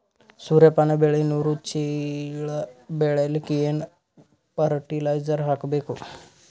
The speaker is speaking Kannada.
ಸೂರ್ಯಪಾನ ಬೆಳಿ ನೂರು ಚೀಳ ಬೆಳೆಲಿಕ ಏನ ಫರಟಿಲೈಜರ ಹಾಕಬೇಕು?